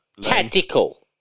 Tactical